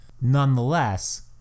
Nonetheless